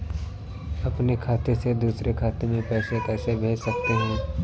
अपने खाते से दूसरे खाते में पैसे कैसे भेज सकते हैं?